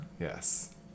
Yes